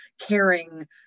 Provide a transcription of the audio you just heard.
caring